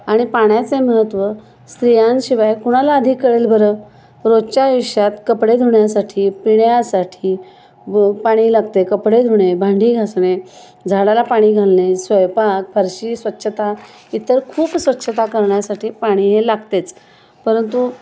आणि पाण्याचे महत्त्व स्त्रियांशिवाय कुणाला आधी कळेल बरं रोजच्या आयुष्यात कपडे धुण्यासाठी पिण्यासाठी व पाणी लागते कपडे धुणे भांडी घासणे झाडाला पाणी घालणे स्वयंपाक फरशी स्वच्छता इतर खूप स्वच्छता करण्यासाठी पाणी हे लागतेच परंतु